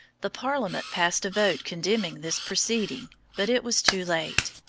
the parliament passed a vote condemning this proceeding, but it was too late.